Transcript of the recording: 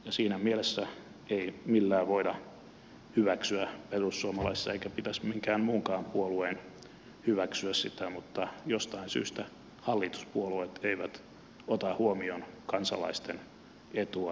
siinä mielessä tätä ei millään voida hyväksyä perussuomalaisissa eikä pitäisi minkään muunkaan puolueen hyväksyä sitä mutta jostain syystä hallituspuolueet eivät ota huomioon kansalaisten etua